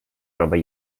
nova